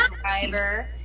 driver